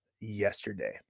yesterday